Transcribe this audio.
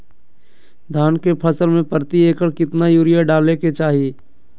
धान के फसल में प्रति एकड़ कितना यूरिया डाले के चाहि?